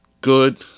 good